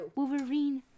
Wolverine